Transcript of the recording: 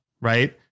Right